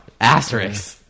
asterisk